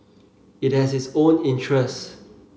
it has its own interests